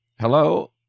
Hello